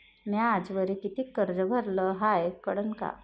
म्या आजवरी कितीक कर्ज भरलं हाय कळन का?